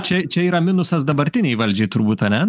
čia čia yra minusas dabartinei valdžiai turbūt ane